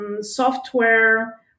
software